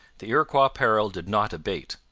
the iroquois peril did not abate.